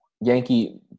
Yankee